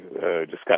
discuss